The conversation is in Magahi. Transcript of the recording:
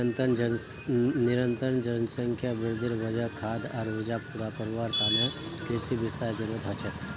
निरंतर जनसंख्या वृद्धिर वजह खाद्य आर ऊर्जाक पूरा करवार त न कृषि विस्तारेर जरूरत ह छेक